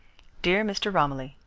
dear mr. romilly,